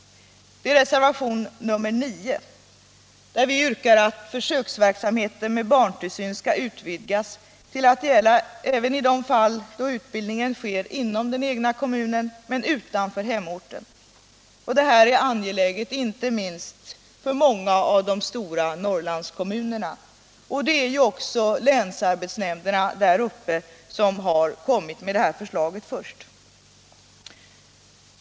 Det är reservation nr 9, där vi yrkar att försöksverksamheten med barntillsyn skall utvidgas till att gälla även i de fall där utbildningen sker inom den egna kommunen men utanför hemorten. Det är angeläget inte minst för många av de stora Norrlandskommunerna. Det är ju också länsarbetsnämnderna där uppe som först har kommit med det här förslaget.